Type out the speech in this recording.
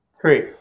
three